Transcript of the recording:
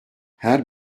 her